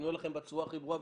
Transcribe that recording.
אני אומר לכם בצורה הכי ברורה.